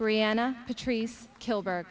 brianna patrice kilber